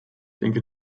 denke